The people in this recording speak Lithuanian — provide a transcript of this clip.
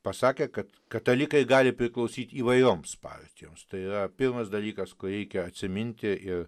pasakė kad katalikai gali priklausyt įvairioms partijoms tai yra pirmas dalykas kurį reikia atsiminti ir